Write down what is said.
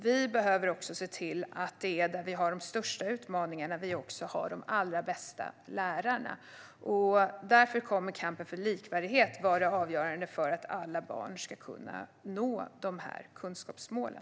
Vi behöver också se till att vi har de allra bästa lärarna där vi har de största utmaningarna, och därför kommer kampen för likvärdighet att vara avgörande för att alla barn ska kunna nå kunskapsmålen.